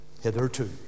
hitherto